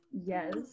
Yes